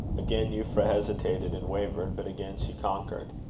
again euphra hesitated and wavered but again she conquered.